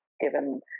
given